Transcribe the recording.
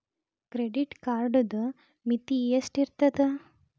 Credit ಕಾರ್ಡದು ಮಿತಿ ಎಷ್ಟ ಇರ್ತದ?